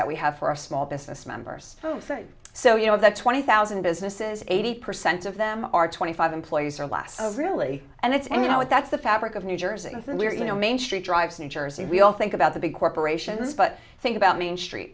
that we have for a small business members so you know that twenty thousand businesses eighty percent of them are twenty five employees or less really and it's and you know if that's the fabric of new jersey and you know main street drives new jersey we all think about the big corporations but think about main street